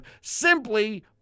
simply